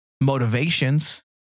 motivations